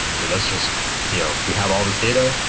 so let's just yeah we have all these data.